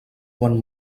quan